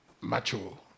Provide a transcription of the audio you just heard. macho